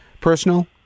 personal